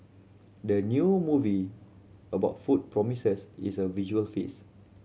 the new movie about food promises is a visual feast